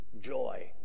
Joy